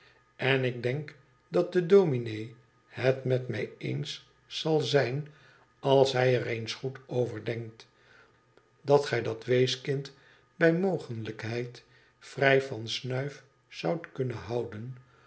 en ik denk dat de dominé het met mij eens zal zijn als hij er eens goed over denkt dat gij dat weeskind bij mogelijkheid vrij van snuif zoudt kunnen houden